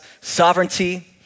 sovereignty